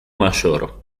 mayor